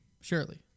Surely